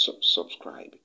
subscribe